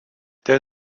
der